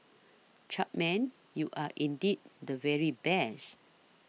Chapman you are indeed the very best